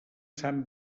sant